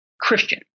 Christian